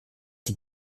die